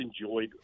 enjoyed